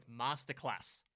Masterclass